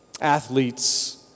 athletes